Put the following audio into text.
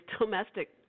domestic